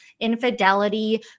infidelity